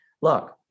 look